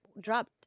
dropped